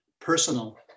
personal